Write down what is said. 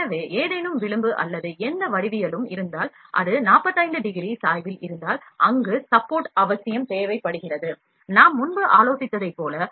எனவே ஏதேனும் விளிம்பு அல்லது எந்த வடிவவியலும் இருந்தால் அது 45 டிகிரி சாய்வில் இருந்தால் அங்கு சப்போர்ட் அவசியம் தேவைப்படுகிறது நாம் முன்பு ஆலோசித்ததை போல